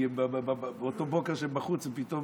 כי באותו בוקר שהם בחוץ הם פתאום